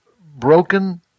broken